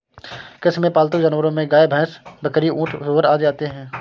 कृषि में पालतू जानवरो में गाय, भैंस, बकरी, ऊँट, सूअर आदि आते है